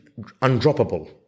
undroppable